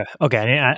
okay